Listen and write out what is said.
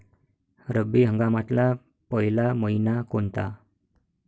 रब्बी हंगामातला पयला मइना कोनता?